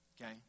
Okay